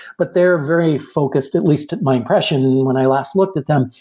but they're very focused at least at my impression when i last looked at them,